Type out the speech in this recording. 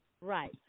Right